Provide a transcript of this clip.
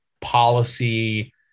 policy